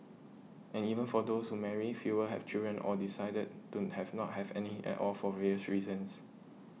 and even for those who marry fewer have children or decided don't have not have any at all for various reasons